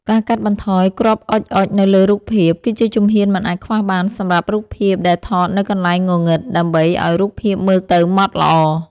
ការកាត់បន្ថយ គ្រាប់អុជៗនៅលើរូបភាព គឺជាជំហ៊ានមិនអាចខ្វះបានសម្រាប់រូបភាពដែលថតនៅកន្លែងងងឹត ដើម្បីឱ្យរូបភាពមើលទៅម៉ត់ល្អ។